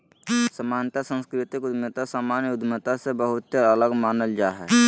सामान्यत सांस्कृतिक उद्यमिता सामान्य उद्यमिता से बहुते अलग मानल जा हय